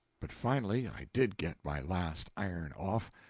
but finally i did get my last iron off,